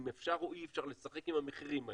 האם אפשר או אי אפשר לשחק עם המחירים האלה?